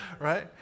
right